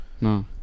No